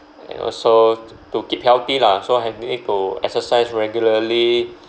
and also t~ to keep healthy lah so I need to exercise regularly